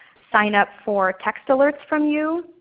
sign up for text alerts from you?